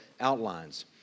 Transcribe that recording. outlines